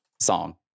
song